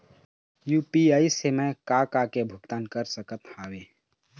UPI से मैं का का के भुगतान कर सकत हावे?